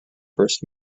first